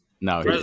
No